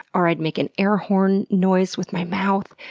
or i'd make an airhorn noise with my mouth,